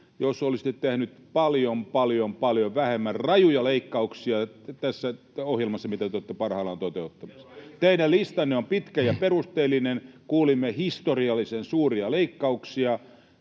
jos olisitte tehneet paljon, paljon, paljon vähemmän rajuja leikkauksia tässä ohjelmassa, mitä te olette parhaillaan toteuttamassa. [Vilhelm Junnila: Kerro yksi!] Teidän listanne on pitkä ja perusteellinen. Kuulimme historiallisen suuria leikkauksia